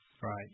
Right